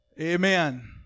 Amen